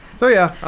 so yeah,